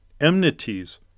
enmities